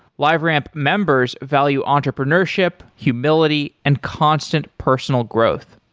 liveramp members value entrepreneurship, humility and constant personal growth.